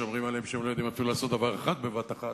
שאומרים עליהם שהם לא יודעים אפילו לעשות דבר אחד בבת-אחת.